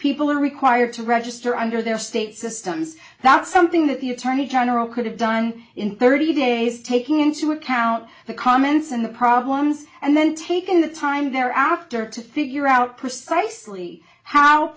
people are required to register under their state systems that's something that the attorney general could have done in thirty days taking into account the comments and the problems and then taken the time thereafter to figure out precisely how